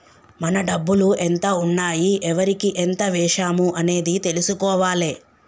మన డబ్బులు ఎంత ఉన్నాయి ఎవరికి ఎంత వేశాము అనేది తెలుసుకోవాలే